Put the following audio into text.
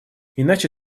иначе